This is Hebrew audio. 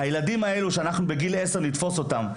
הילדים האלה שאנחנו בגיל 10 נתפוס אותם,